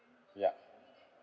yup